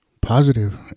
positive